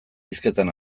hizketan